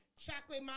chocolate